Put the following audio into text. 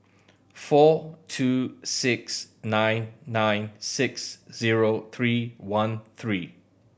four two six nine nine six zero three one three